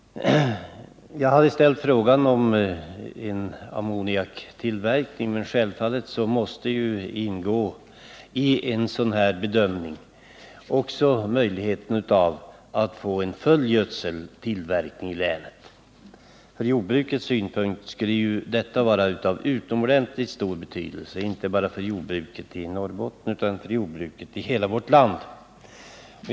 Jag har ställt frågan om ammoniaktillverkning, men självfallet måste i en bedömning också ingå möjligheten att få en fullgödseltillverkning i länet. För jordbruket skulle detta ha utomordentligt stor betydelse, inte bara i Norrbotten utan i hela vårt land.